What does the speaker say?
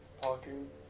parking